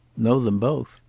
know them both.